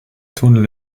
tunnel